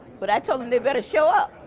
but i told them they better show up,